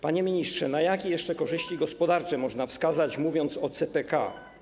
Panie ministrze, na jakie jeszcze korzyści gospodarcze można wskazać, mówiąc o CPK?